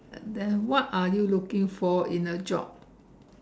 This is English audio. and then what are you looking for in a job